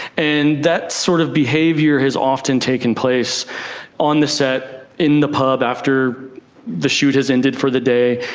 and that sort of behaviour has often taken place on the set, in the pub after the shoot has ended for the day.